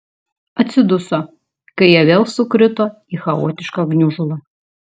atsiduso kai jie vėl sukrito į chaotišką gniužulą